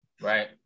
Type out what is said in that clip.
Right